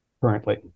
currently